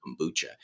kombucha